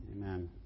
Amen